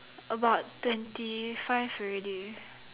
about twenty five already